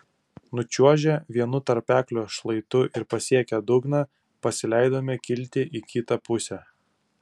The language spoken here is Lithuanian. nučiuožę vienu tarpeklio šlaitu ir pasiekę dugną pasileidome kilti į kitą pusę